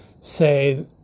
say